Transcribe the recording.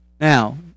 Now